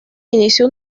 inició